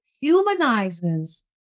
humanizes